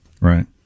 Right